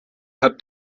hat